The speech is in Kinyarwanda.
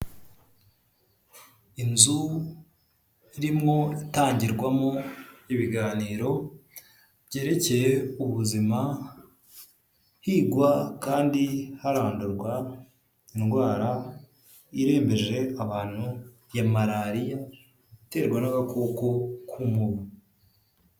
Inzu irimo itangirwamo ibiganiro byerekeye ubuzima, higwa kandi harandurwa indwara irembeje abantu ya malariya iterwa n'agakoko k'umubu.